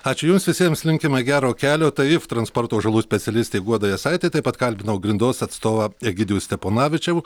ačiū jums visiems linkime gero kelio tai if transporto žalų specialistė guoda jasaitė taip pat kalbinau grindos atstovą egidijų steponavičiau